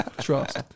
Trust